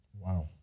Wow